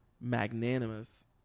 magnanimous